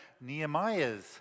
Nehemiah's